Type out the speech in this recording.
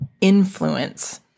influence